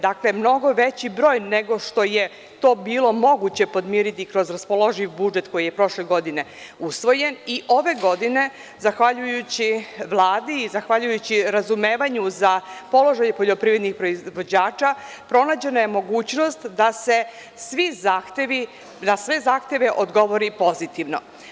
Dakle, mnogo veći broj nego što je to bilo moguće podmiriti kroz raspoloživ budžet koji je prošle godine usvojen i ove godine, zahvaljujući Vladi i zahvaljujući razumevanju za položaj poljoprivrednih proizvođača, pronađena je mogućnost da se na sve zahteve odgovori pozitivno.